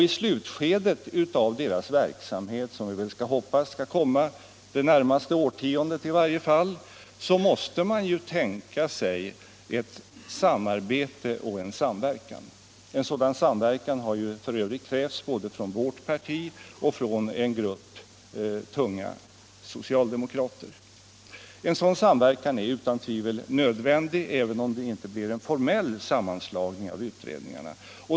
I slutskedet av deras verksamhet, som vi hoppas skall komma i varje fall under det närmaste årtiondet, måste man tänka sig ett samarbete. En sådan samverkan har f. ö. krävts av både vårt parti och en grupp tunga socialdemokrater, och den är utan tvivel nödvändig, även om det inte blir en formell sammanslagning av utredningarna.